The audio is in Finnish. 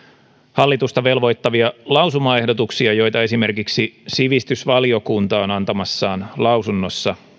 hallitusta velvoittavia lausumaehdotuksia joita esimerkiksi sivistysvaliokunta on antamassaan lausunnossa